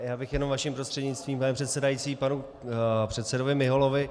Já bych jenom vaším prostřednictvím, pane předsedající, k panu předsedovi Miholovi.